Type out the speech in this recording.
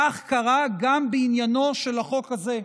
כך קרה גם בעניינו של החוק הזה,